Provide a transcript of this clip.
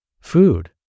Food